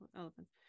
elephants